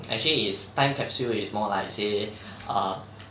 actually is time capsule is more like say err